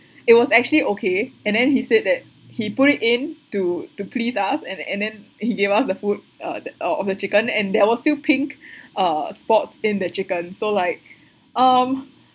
it was actually okay and then he said that he put it in to to please us and and then he gave us the food uh the of a chicken and there was still pink uh spots in the chicken so like um